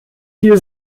viel